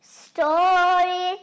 story